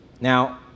Now